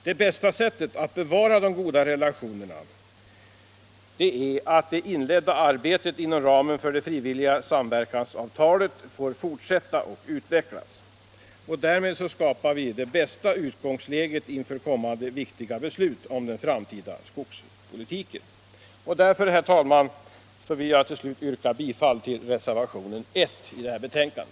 Det bästa sättet att bevara de goda relationerna är att det inledda arbetet inom ramen för det frivilliga samverkansavtalet får fortsätta att utvecklas. Därmed skapar vi det bästa utgångsläget inför kommande viktiga beslut om den framtida skogspolitiken. Därför, herr talman, ber jag till slut att få yrka bifall till reservationen 1 i detta betänkande.